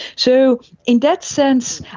so in that sense,